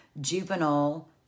juvenile